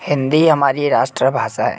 हिन्दी हमारी राष्ट्रभाषा है